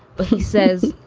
but he says,